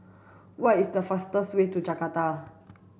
what is the fastest way to Jakarta